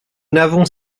n’avons